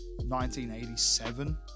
1987